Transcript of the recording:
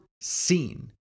seen